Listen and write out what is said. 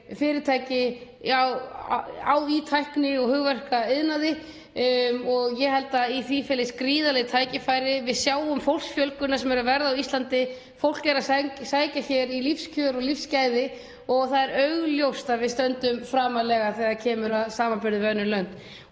fyrirtæki í tækni- og hugverkaiðnaði og ég held að í því felist gríðarleg tækifæri. Við sjáum fólksfjölgunina sem er að verða á Íslandi, fólk sækir hér í lífskjör og lífsgæði og það er augljóst að við stöndum framarlega þegar kemur að samanburði við önnur lönd.